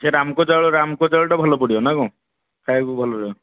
ସେ ରାମକୋ ଚାଉଳ ରାମକୋ ଚାଉଳଟା ଭଲ ପଡ଼ିବ ନା କ'ଣ ଖାଇବାକୁ ଭଲ ରହିବ